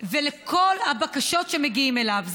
ועל כל הבקשות שמגיעות אליו.